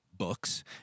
books